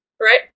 Right